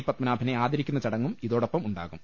പത്മനാഭനെ ആദരിക്കുന്ന ചടങ്ങും ഇതോടൊപ്പം ഉണ്ടാകും